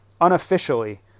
unofficially –